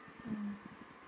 mm